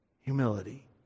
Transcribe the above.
humility